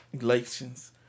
elections